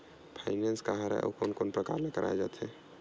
Finance का हरय आऊ कोन कोन प्रकार ले कराये जाथे?